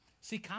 See